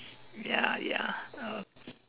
ya ya okay